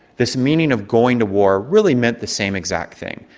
this meaning of going to war really meant the same exact thing.